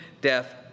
death